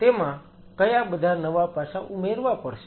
તેમાં કયા બધા નવા પાસાં ઉમેરવા પડશે